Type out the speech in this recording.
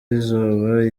izuba